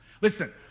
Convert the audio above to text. Listen